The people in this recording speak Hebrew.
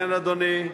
כן, אדוני.